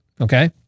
okay